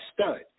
stud